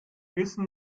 müssen